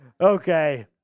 Okay